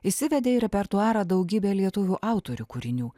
įsivedė į repertuarą daugybę lietuvių autorių kūrinių